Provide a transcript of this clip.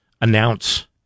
announce